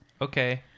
Okay